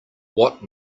what